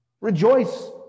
Rejoice